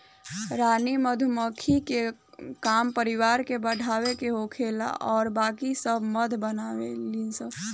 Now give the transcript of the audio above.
रानी मधुमक्खी के काम परिवार के बढ़ावे के होला आ बाकी सब मध बनावे ली सन